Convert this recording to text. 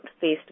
faced